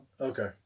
Okay